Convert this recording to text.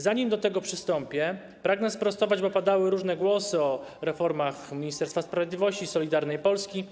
Zanim do tego przystąpię, pragnę sprostować, bo padały różne głosy o reformach Ministerstwa Sprawiedliwości, Solidarnej Polski.